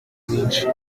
mwinshi